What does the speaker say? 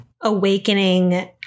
awakening